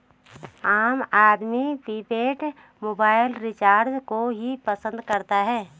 आम आदमी prepaid mobile recharge को ही पसंद करता है